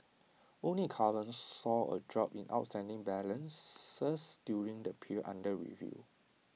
only car loans saw A drop in outstanding balances during the period under review